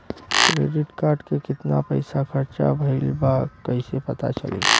Credit card के कितना पइसा खर्चा भईल बा कैसे पता चली?